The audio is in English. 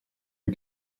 are